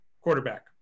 Quarterback